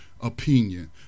opinion